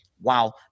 wow